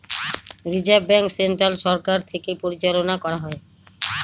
reserve bank central সরকার থেকে পরিচালনা করা হয়